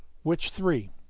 which three?